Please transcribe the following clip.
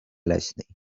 leśnej